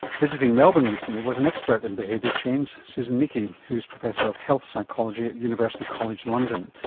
visiting melbourne recently was an expert in behaviour change, susan michie, who's professor of health psychology at university college london.